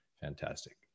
fantastic